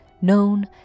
known